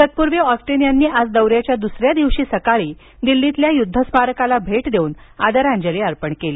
तत्पूर्वी ऑस्टिन यांनी आज दौऱ्याच्या दुसऱ्या दिवशी सकाळी दिल्लीतील युद्ध स्मारकाला भेट देऊन आदरांजली अर्पण केली